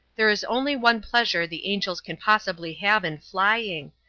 there is only one pleasure the angels can possibly have in flying,